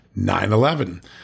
9-11